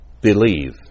believe